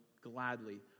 gladly